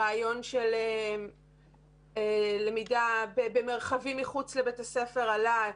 הרעיון של למידה במרחבים מחוץ לבית הספר עלה,